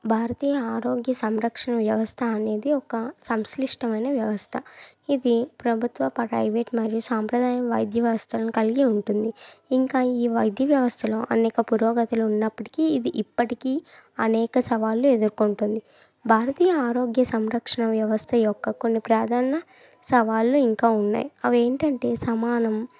భారతీయ ఆరోగ్య సంరక్షణ వ్యవస్థ అనేది ఒక సంశ్లిష్టమైన వ్యవస్థ ఇది ప్రభుత్వ ప్రైవేట్ మరియు సాంప్రదాయ వైద్య వ్యవస్థలు కలిగి ఉంటుంది ఇంకా ఈ వైద్య వ్యవస్థలో అనేక పురోగతులు ఉన్నప్పటికీ ఇది ఇప్పటికీ అనేక సవాళ్లు ఎదుర్కొంటుంది భారతీయ ఆరోగ్య సంరక్షణ వ్యవస్థ యొక్క కొన్ని ప్రధాన సవాళ్లు ఇంకా ఉన్నాయి అవి ఏంటంటే సమానం